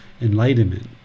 enlightenment